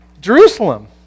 Jerusalem